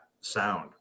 sound